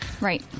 Right